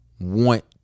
want